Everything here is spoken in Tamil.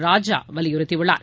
ராஜாவலியுறுத்தியுள்ளார்